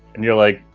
and you're like,